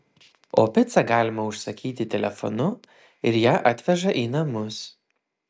o picą galima užsakyti telefonu ir ją atveža į namus